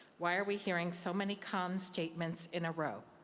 why are we hearing so many con statements in a row?